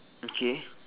okay